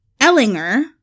ellinger